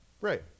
Right